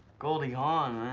goldie hawn,